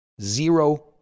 zero